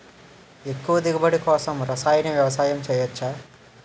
ఎక్కువ దిగుబడి కోసం రసాయన వ్యవసాయం చేయచ్చ?